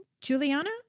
Juliana